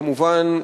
כמובן,